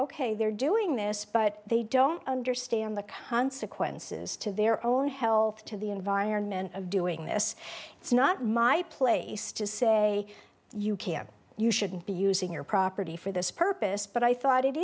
ok they're doing this but they don't understand the consequences to their own health to the environment of doing this it's not my place to say you can't you shouldn't be using your property for this purpose but i thought it